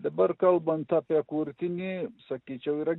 dabar kalbant apie kurtinį sakyčiau yra